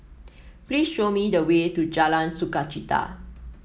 please show me the way to Jalan Sukachita